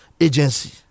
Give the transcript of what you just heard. agency